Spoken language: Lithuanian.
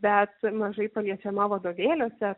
bet mažai paliečiama vadovėliuose